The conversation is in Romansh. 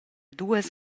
duas